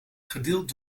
gedeeld